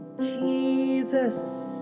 Jesus